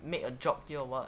make a job here or what